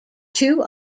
two